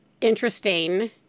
interesting